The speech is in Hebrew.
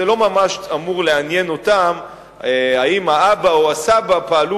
זה לא ממש אמור לעניין אותם אם האבא או הסבא פעלו